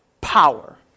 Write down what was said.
power